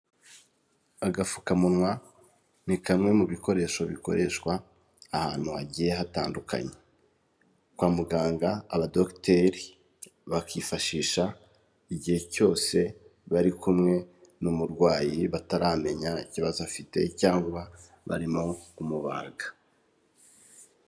Agapfukamunwa ni kamwe mu bikoresho bikoreshwa ahantu hagiye hatandukanye, kwa muganga abadogiteri, bakifashisha igihe cyose bari kumwe n'umurwayi bataramenya ikibazo afite cyangwa barimo kumubaga.